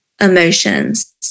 emotions